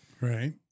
Right